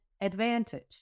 advantage